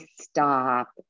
stop